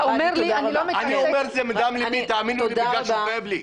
אני אומר את זה מדם לבי בגלל שכואב לי.